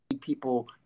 people